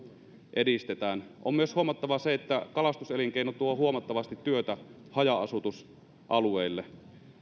edistetään on myös huomattava se että kalastuselinkeino tuo huomattavasti työtä haja asutusalueille